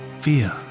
fear